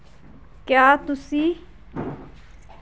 क्या तुसी